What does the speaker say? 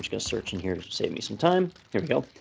gonna search in here to save me some time, here we go.